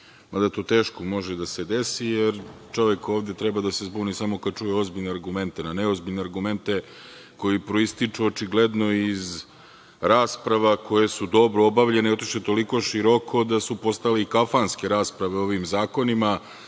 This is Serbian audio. mada to teško može da se desi jer čovek ovde treba da se zbuni samo kad čuje ozbiljne argumente. Na neozbiljne argumente koji proističu očigledno iz rasprava koje su dobro obavljene otišli toliko široko da su postale i kafanske rasprave o ovim zakonima,